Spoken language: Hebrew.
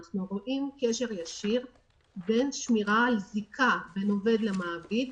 אנחנו רואים קשר ישיר בין שמירה על זיקה בין עובד למעביד,